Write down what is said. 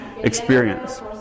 experience